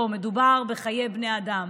לא, מדובר בחיי בני אדם.